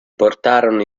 portarono